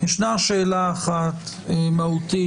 ישנה שאלה אחת מהותית,